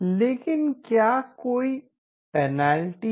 लेकिन क्या कोई पेनाल्टी है